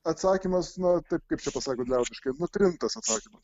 atsakymas nu taip kaip čia pasakius liaudiškai nutrintas atsakymas